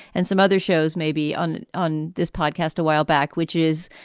and some other shows may be on on this podcast a while back, which is,